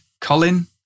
Colin